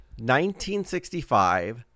1965